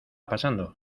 pasando